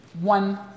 one